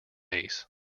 ace